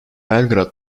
belgrad